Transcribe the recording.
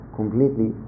completely